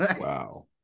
Wow